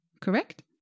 correct